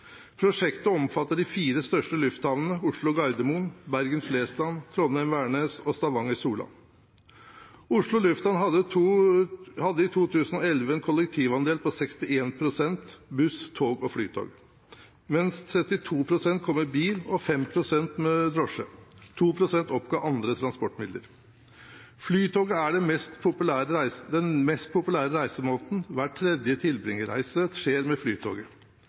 Prosjektet omfatter de fire største lufthavnene, Oslo/Gardermoen, Bergen/Flesland, Trondheim/Værnes og Stavanger/Sola. Oslo Lufthavn hadde i 2011 en kollektivandel på 61 pst., buss, tog og flytog, mens 32 pst. kom med bil og 5 pst. med drosje, og 2 pst. oppga andre transportmidler. Flytoget er den mest populære reisemåten. Hver tredje tilbringerreise skjer med Flytoget.